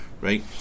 right